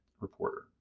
reporter